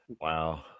Wow